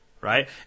Right